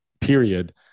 period